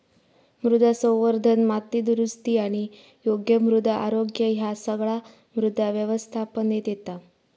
मृदा संवर्धन, माती दुरुस्ती आणि योग्य मृदा आरोग्य ह्या सगळा मृदा व्यवस्थापनेत येता